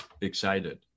excited